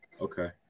okay